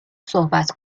صحبت